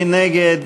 מי נגד?